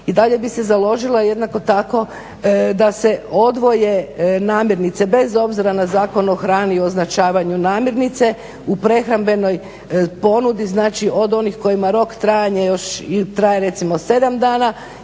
I dalje bi se založila jednako tako da se odvoje namirnice bez obzira na Zakon o hrani i označavanju namirnice, u prehrambenoj ponudi znači od onih kojima rok trajanja još traje 7 dana